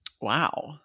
Wow